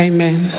Amen